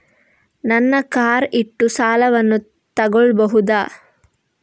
ನನ್ನ ಕಾರ್ ಇಟ್ಟು ಸಾಲವನ್ನು ತಗೋಳ್ಬಹುದಾ?